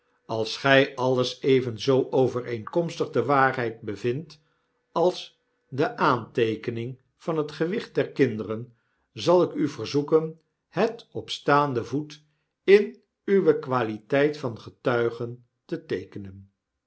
als gy ailes evenzoo overeenkomstig de waarheid bevindt als de aanteekening van het gewicht der kinderen zal ik u verzoeken het op staanden voet in uwe qualiteit van getuigen te teekenen